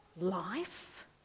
life